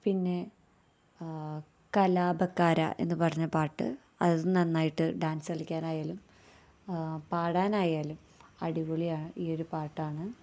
പിന്നെ കലാപക്കാരാ എന്നു പറഞ്ഞ പാട്ട് അതും നന്നായിട്ട് ഡാന്സ് കളിക്കാനായാലും പാടാനായാലും അടിപൊളിയായ ഈയൊരു പാട്ടാണ്